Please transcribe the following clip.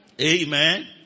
Amen